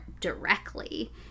directly